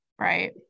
right